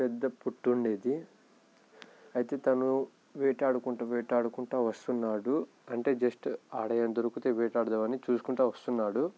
పెద్ద పుట్ట ఉండేది అయితే తను వేటాడుకుంటూ వేటాడుకుంటా వస్తున్నాడు అంటే జస్ట్ ఆడ ఏదైనా దొరికితే వేటాడదాము అని చూసుకుంటా వస్తున్నాడు